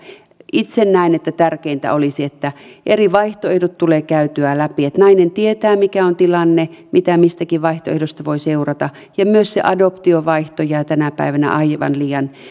itse näen että tärkeintä olisi että eri vaihtoehdot tulee käytyä läpi että nainen tietää mikä on tilanne mitä mistäkin vaihtoehdosta voi seurata myös se adoptiovaihtoehto jää tänä päivänä aivan liian